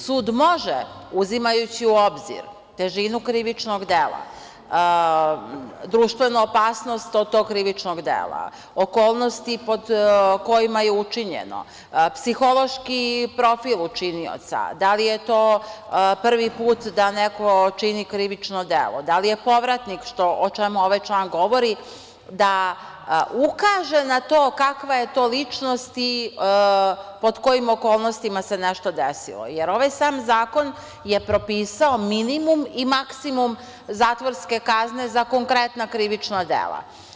Sud može, uzimajući u obzir težinu krivičnog dela, društvenu opasnost od tog krivičnog dela, okolnosti pod kojima je učinjeno, psihološki profil učinioca, da li je to prvi put da neko čini krivično delo, da li je povratnik, o čemu ovaj član govori, da ukaže na to kakva je to ličnost i pod kojim okolnostima se nešto desilo, jer ovaj sam zakon je propisao minimum i maksimum zatvorske kazne za konkretna krivična dela.